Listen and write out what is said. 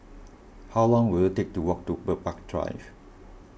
how long will it take to walk to Bird Park Drive